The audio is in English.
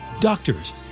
Doctors